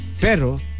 pero